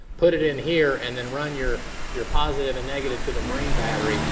put it in here, and then run your your positive and negative to the marine battery.